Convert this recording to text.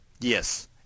Yes